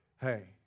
hey